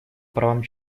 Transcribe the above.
правам